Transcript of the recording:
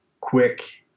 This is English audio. quick